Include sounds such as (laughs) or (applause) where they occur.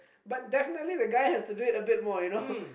but definitely the guy has to do it a bit more you know (laughs)